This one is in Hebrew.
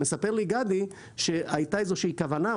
גדי מספר לי שהייתה איזושהי כוונה,